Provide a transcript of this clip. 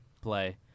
play